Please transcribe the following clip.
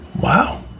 Wow